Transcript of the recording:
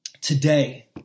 today